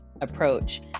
Approach